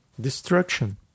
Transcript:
Destruction